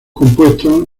compuestos